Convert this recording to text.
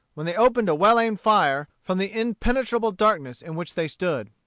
when they opened a well-aimed fire from the impenetrable darkness in which they stood.